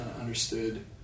understood